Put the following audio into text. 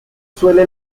suele